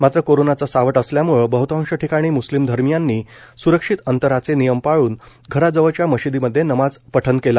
मात्र कोरोनाच सावट असल्याम्ळे बहतांश ठिकाणी म्स्लिम धर्मीयांना सुरक्षित अंतराचे नियम पाळून घराजवळच्या मशिदीमध्ये नमाज पठण केलं